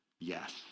yes